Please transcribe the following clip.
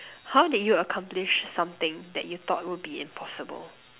how did you accomplish something that you thought would be impossible